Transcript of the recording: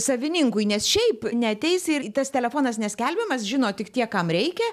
savininkui nes šiaip neateisi ir tas telefonas neskelbiamas žino tik tie kam reikia